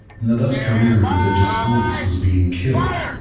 nadav's career in religious schools was being killed,